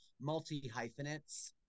multi-hyphenates